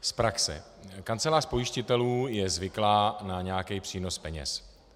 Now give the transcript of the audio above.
Z praxe: Kancelář pojistitelů je zvyklá na nějaký přínos peněz.